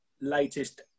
latest